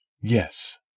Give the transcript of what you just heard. Yes